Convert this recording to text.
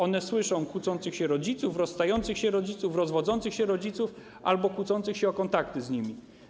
One słyszą kłócących się rodziców, rozstających się rodziców, rozwodzących się rodziców albo rodziców kłócących się o kontakty z nimi.